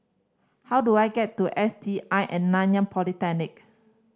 how do I get to S T I and Nanyang Polytechnic